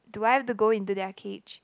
do I have to go into their cage